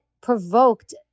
provoked